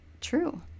true